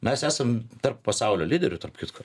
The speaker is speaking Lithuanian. mes esam tarp pasaulio lyderių tarp kitko